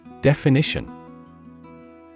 Definition